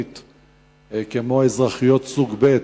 כמו אזרחיות סוג ב',